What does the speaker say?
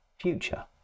future